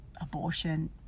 abortion